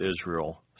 Israel